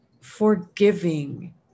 forgiving